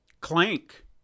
Clank